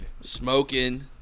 smoking